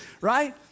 right